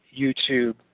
YouTube